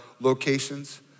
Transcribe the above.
locations